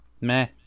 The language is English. meh